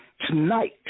Tonight